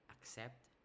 accept